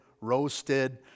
roasted